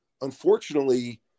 unfortunately